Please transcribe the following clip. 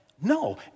No